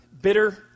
bitter